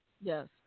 Yes